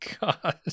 god